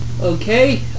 Okay